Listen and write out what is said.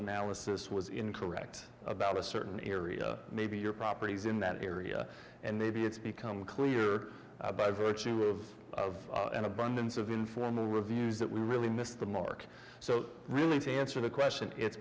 analysis was incorrect about a certain area maybe your properties in that area and maybe it's become clear by virtue of of an abundance of informal reviews that we really missed the mark so really to answer the question it's